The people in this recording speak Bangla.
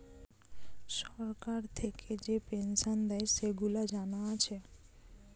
সরকার থিকে যে পেনসন দেয়, সেগুলা জানা আছে